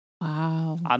Wow